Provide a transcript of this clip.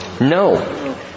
No